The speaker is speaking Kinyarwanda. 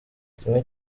kimwe